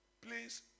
Please